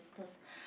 sisters